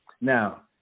Now